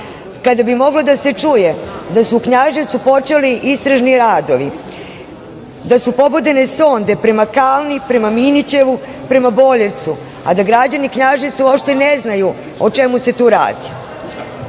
to. Kada bi moglo da se čuje da su u Knjaževcu počeli istražni radovi, da su pobodene sonde prema Kalni, prema Minićevu, prema Boljevcu a da građani Knjaževca uopšte ne znaju o čemu se tu radi. Na